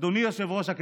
אדוני היושב-ראש,